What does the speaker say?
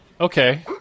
Okay